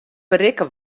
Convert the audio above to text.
berikke